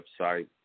website